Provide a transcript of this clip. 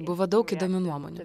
buvo daug įdomių nuomonių